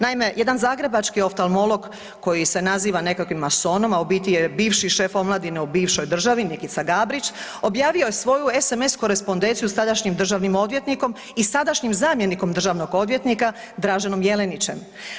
Naime, jedan zagrebački oftalmolog koji se naziva nekakvim masonom, a u biti je bivši šef omladine u bivšoj državi Nikica Gabrić, objavio je svoju sms korespodenciju sa tadašnjim državnim odvjetnikom i sadašnjim zamjenikom državnog odvjetnika Draženom Jelinićem.